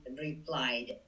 replied